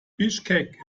bischkek